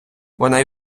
вона